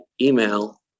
email